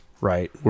right